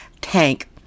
tank